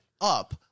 up